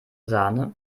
sahne